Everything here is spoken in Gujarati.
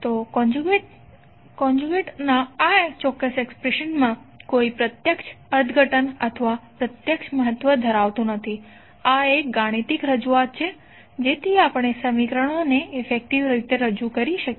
તો કોન્જુગેટ આ ચોક્કસ એક્સ્પ્રેશનમા કોઇ પ્રત્યક્ષ અર્થઘટન અથવા પ્રત્યક્ષ મહત્વ ધરાવતું નથી આ એક ગાણિતિક રજૂઆત છે જેથી આપણે સમીકરણોને ઇફેકટીવ રીતે રજૂ કરી શકીએ